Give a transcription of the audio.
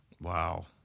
Wow